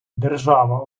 держава